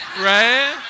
Right